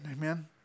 amen